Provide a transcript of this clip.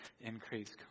increase